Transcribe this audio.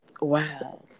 Wow